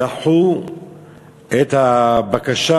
דחו את הבקשה